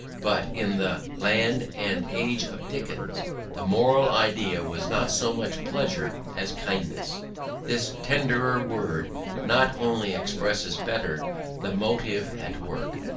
but in the land and age of dickens the moral ideal was not so much pleasure as kindness this tenderer word not only expresses better the motive at work,